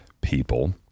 people